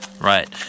Right